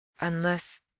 Unless